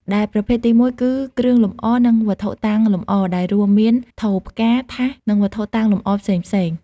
ដែលប្រភេទទីមួយគឺ គ្រឿងលម្អ និងវត្ថុតាំងលម្អ ដែលរួមមាន ថូផ្កា ថាស និងវត្ថុតាំងលម្អផ្សេងៗ។